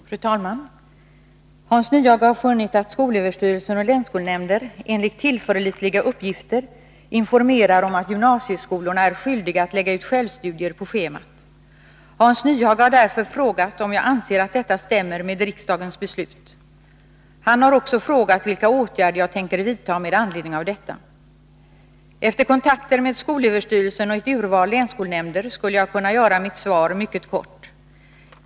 Fru talman! Hans Nyhage har funnit att skolöverstyrelsen och länsskolnämnder enligt ”tillförlitliga uppgifter” informerar om att gymnasieskolorna är skyldiga att lägga ut självstudier på schemat. Hans Nyhage har därför frågat om jag anser att detta stämmer med riksdagens beslut. Han har också frågat vilka åtgärder jag tänker vidta med anledning av detta. Efter kontakter med skolöverstyrelsen och ett urval länsskolnämnder skulle jag kunna göra mitt svar mycket kort.